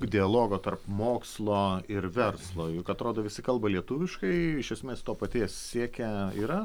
dialogo tarp mokslo ir verslo juk atrodo visi kalba lietuviškai iš esmės to paties siekia yra